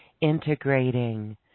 integrating